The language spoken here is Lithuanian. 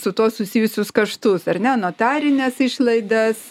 su tuo susijusius kaštus ar ne notarines išlaidas